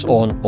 on